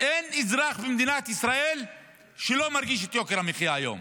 אין אזרח במדינת ישראל שלא מרגיש את יוקר המחיה היום,